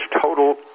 total